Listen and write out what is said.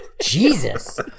Jesus